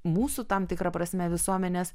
mūsų tam tikra prasme visuomenės